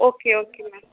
okay okay m'am